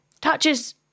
touches